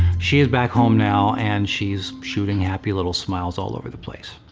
she is back home now, and she's shooting happy little smiles all over the place.